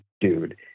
dude